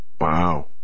Wow